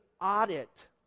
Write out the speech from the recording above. audit